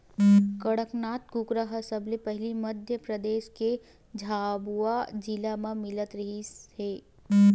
कड़कनाथ कुकरा ह सबले पहिली मध्य परदेस के झाबुआ जिला म मिलत रिहिस हे